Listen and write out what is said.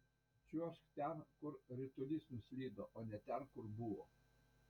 čiuožk ten kur ritulys nuslydo o ne ten kur buvo